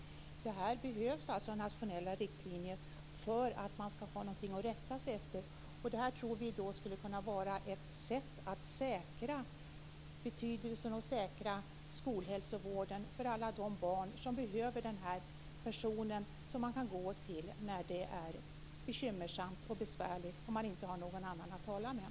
Det behövs alltså nationella riktlinjer för att man skall ha någonting att rätta sig efter. Vi tror att det här skulle vara ett sätt att säkra skolhälsovården för alla de barn som behöver en person som de kan gå till när det är bekymmersamt och besvärligt och de inte har någon annan att tala med.